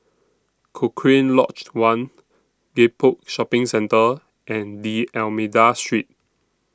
Cochrane Lodged one Gek Poh Shopping Centre and D'almeida Street